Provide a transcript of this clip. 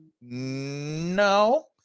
No